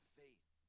faith